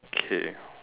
K